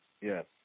yes